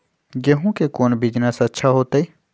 गेंहू के कौन बिजनेस अच्छा होतई?